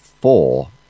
four